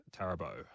Tarabo